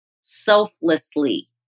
selflessly